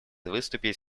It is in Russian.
выступить